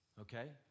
Okay